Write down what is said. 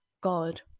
God